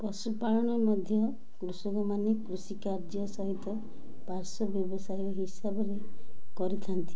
ପଶୁପାଳନ ମଧ୍ୟ କୃଷକମାନେ କୃଷ କାର୍ଯ୍ୟ ସହିତ ପାର୍ଶ୍ୱ ବ୍ୟବସାୟ ହିସାବରେ କରିଥାନ୍ତି